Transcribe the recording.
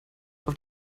auf